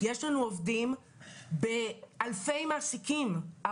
יש לנו עובדים באלפי מעסיקים,